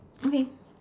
okay